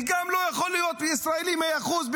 הוא גם לא יכול להיות ישראלי במאה אחוז,